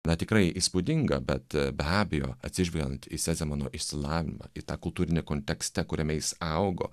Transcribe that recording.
na tikrai įspūdinga bet be abejo atsižveiant į sezemano išsilavimą į tą kultūrinį kontekste kuriame jis augo